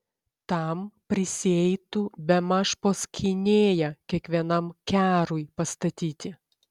tam prisieitų bemaž po skynėją kiekvienam kerui pastatyti